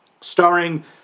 Starring